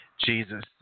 Jesus